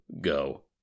go